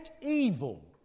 evil